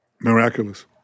Miraculous